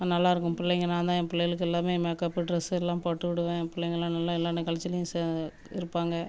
நல்லாருக்கும் பிள்ளைங்க நான்தான் என் பிள்ளைங்களுக்கு எல்லாமே மேக்கப்பு ட்ரெஸ்ஸு எல்லாம் போட்டு விடுவேன் ஏன் பிள்ளைங்களாம் நல்லா எல்லாம் நிகழ்ச்சிளியும் செ இருப்பாங்க